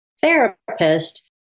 therapist